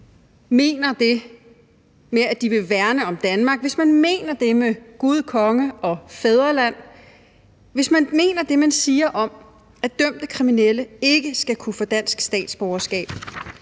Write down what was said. mener det med, at man vil værne om Danmark, hvis man mener det med Gud, konge og fædreland, hvis man mener det, man siger, om, at dømte kriminelle ikke skal kunne få dansk statsborgerskab,